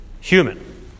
human